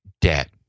debt